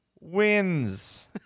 wins